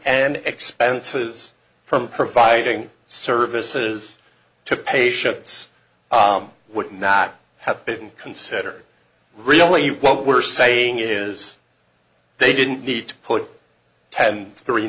and expenses from providing services to patients would not have been considered really what we're saying is they didn't need to put ten three